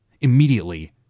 Immediately